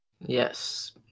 yes